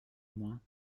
moins